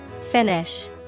finish